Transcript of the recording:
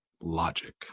logic